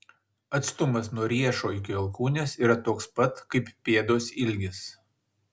atstumas nuo riešo iki alkūnės yra toks pat kaip pėdos ilgis